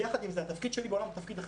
יחד עם זה, התפקיד שלי בעולם הוא תפקיד אחר.